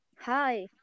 Hi